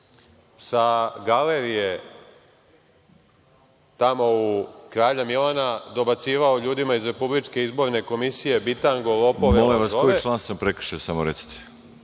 sa galerije tamo u kralja Milana, dobacivao ljudima iz Republičke izborne komisije – bitango, lopove. **Đorđe